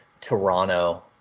Toronto